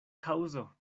kaŭzo